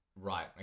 Right